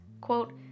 Quote